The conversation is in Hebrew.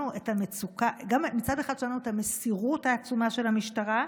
מצד אחד שמענו את המסירות העצומה של המשטרה,